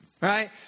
right